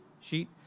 sheet